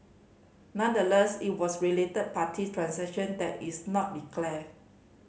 nonetheless it was related party transaction that it's not declared